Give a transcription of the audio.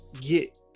get